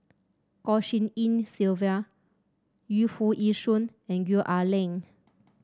Goh Tshin En Sylvia Yu Foo Yee Shoon and Gwee Ah Leng